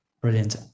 Brilliant